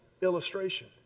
illustration